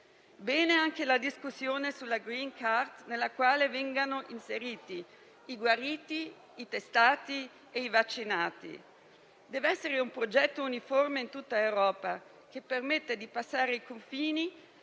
Bene anche la discussione sulla *green card*, nella quale vengano inseriti i guariti, i testati e i vaccinati. Deve essere un progetto uniforme in tutta Europa, che permetta di passare i confini